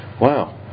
wow